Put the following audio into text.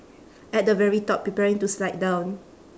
at the very top preparing to slide down